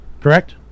Correct